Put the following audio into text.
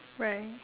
right